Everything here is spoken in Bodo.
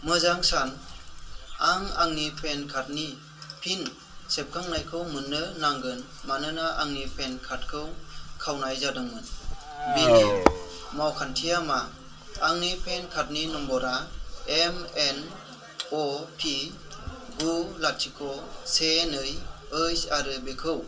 मोजां सान आं आंनि पेन कार्डनि पिन सेबखांनायखौ मोननो नांगोन मानोना आंनि पेन कार्डखौ खावनाय जादोंमोन बेनि मावखान्थिया मा आंनि पेन कार्डनि नम्बरा एमएनअपि गु लाथिख' से नै ओइस आरो बेखौ